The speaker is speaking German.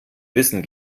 wissen